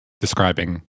describing